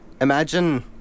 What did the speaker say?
imagine